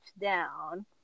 down